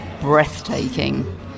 breathtaking